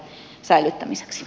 herra puhemies